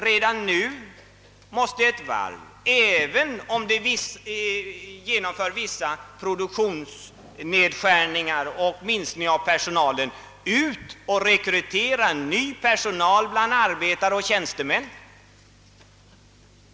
Redan nu måste ett varv, även om det genomför vissa produktionsnedskärningar och = viss minskning av personalen, rekrytera ny personal bland arbetare och tjänstemän.